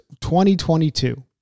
2022